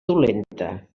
dolenta